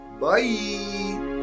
Bye